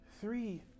Three